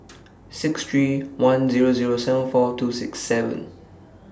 six three one Zero Zero seven four two six seven